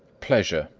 pleasure,